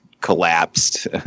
collapsed